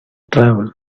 travel